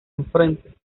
enfrente